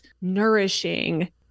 nourishing